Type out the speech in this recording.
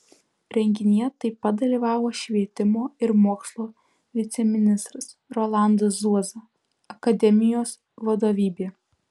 renginyje taip pat dalyvavo švietimo ir mokslo viceministras rolandas zuoza akademijos vadovybė